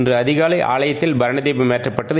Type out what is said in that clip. இன்று அதிகாலை ஆலயத்தில் பானி தீபம் எற்றுப்பட்டது